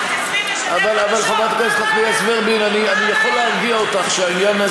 אבל, אדוני השר, השבוע אישרתם לערוץ 20